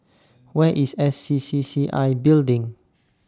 Where IS S C C C I Building